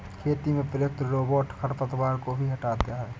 खेती में प्रयुक्त रोबोट खरपतवार को भी हँटाता है